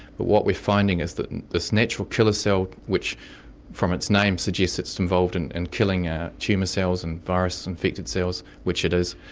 but what we're finding is that this natural killer cell which from its name suggests it's involved in and killing ah tumour cells and virus infected cells, which it is,